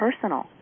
personal